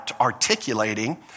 articulating